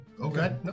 Okay